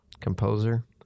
Composer